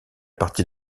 partie